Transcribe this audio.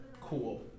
Cool